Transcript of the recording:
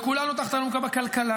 וכולנו תחת האלונקה בכלכלה,